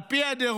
על פי הדירוג,